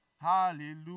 hallelujah